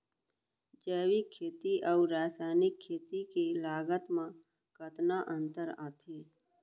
जैविक खेती अऊ रसायनिक खेती के लागत मा कतना अंतर आथे?